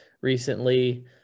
recently